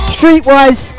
Streetwise